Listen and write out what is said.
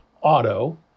auto